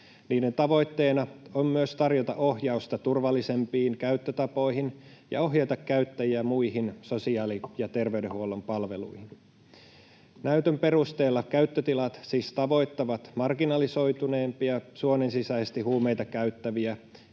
Niiden tavoitteena on myös tarjota ohjausta turvallisempiin käyttötapoihin ja ohjata käyttäjiä muihin sosiaali- ja terveydenhuollon palveluihin. Näytön perusteella käyttötilat siis tavoittavat marginalisoituneempia suonensisäisesti huumeita käyttäviä,